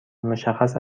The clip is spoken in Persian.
مشخص